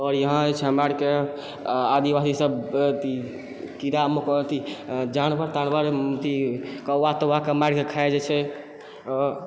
आओर यहाँ जे छै हमरा अरके आदिवासी सब अथी कीड़ा मकोड़ा अथी जानवर तानवर अथी कौवा तौवा कऽ मारिकऽ खाय जाइ छै आओर